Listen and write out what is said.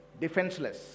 defenseless